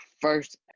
first